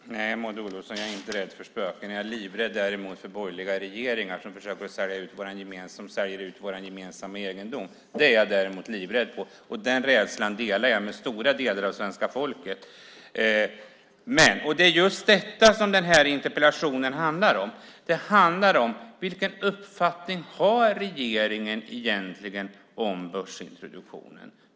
Fru talman! Nej, Maud Olofsson jag är inte rädd för spöken. Däremot är jag livrädd för borgerliga regeringar som säljer ut vår gemensamma egendom, och den rädslan delar jag med stora delar av svenska folket. Det som denna interpellation handlar om är vilken uppfattning regeringen egentligen har om börsintroduktionen.